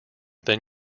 than